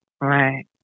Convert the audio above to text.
Right